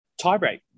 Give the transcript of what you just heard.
Tiebreak